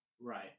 Right